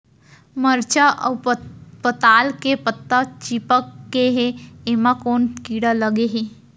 मरचा अऊ पताल के पत्ता चिपक गे हे, एमा कोन कीड़ा लगे है?